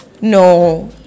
No